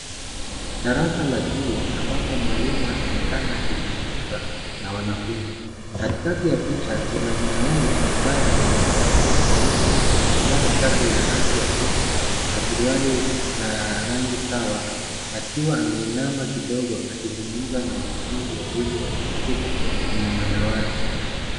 Darasa la shule ambapo mwalimu anaonekana akizungumza na wanafunzi. Katikati ya picha kuna mwanamume ambaye anaonekana kuwa mwalimu amevaa shati la rangi ya pinky na suruali la rangi sawa akiwa ameinama kidogo akizungumza na wanafunzi wawili walioketi kwenye madawati.